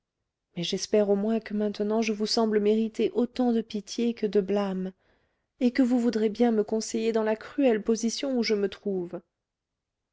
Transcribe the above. mais j'espère au moins que maintenant je vous semble mériter autant de pitié que de blâme et que vous voudrez bien me conseiller dans la cruelle position où je me trouve